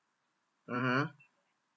mmhmm